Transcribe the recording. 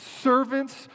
Servants